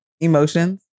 emotions